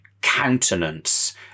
countenance